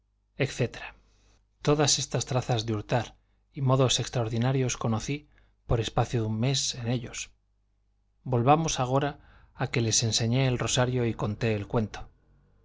etcétera todas estas trazas de hurtar y modos extraordinarios conocí por espacio de un mes en ellos volvamos agora a que les enseñé el rosario y conté el cuento